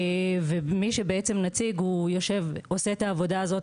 מי שבעצם נציג עושה את העבודה הזאת